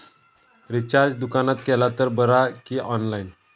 Recharge दुकानात केला तर बरा की ऑनलाइन?